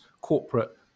corporate